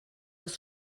das